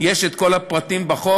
יש כל הפרטים בחוק.